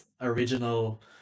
original